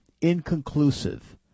inconclusive